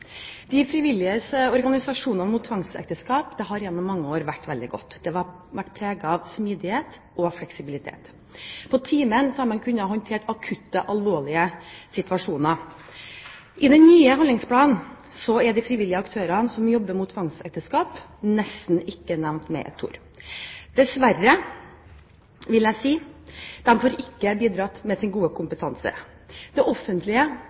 De frivillige organisasjoners arbeid mot tvangsekteskap har gjennom mange år vært veldig godt, det har vært preget av smidighet og fleksibilitet. På timen har man kunnet håndtere akutte, alvorlige situasjoner. I den nye handlingsplanen er de frivillige aktørene som jobber mot tvangsekteskap, nesten ikke nevnt med ett ord – dessverre, vil jeg si. De får ikke bidratt med sin gode kompetanse. Det offentlige